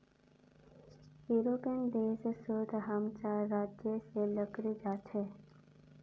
European देश सोत हम चार राज्य से लकड़ी जा छे